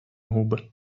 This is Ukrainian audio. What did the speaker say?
губи